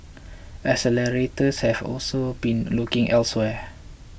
accelerators have also been looking elsewhere